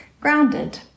grounded